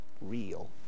real